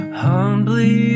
humbly